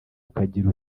ukagira